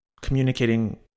communicating